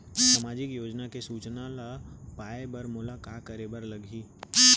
सामाजिक योजना के सूचना ल पाए बर मोला का करे बर लागही?